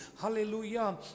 hallelujah